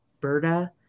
Berta